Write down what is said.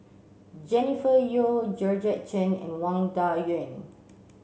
Jennifer Yeo Georgette Chen and Wang Dayuan